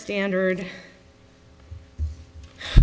standard